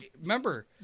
remember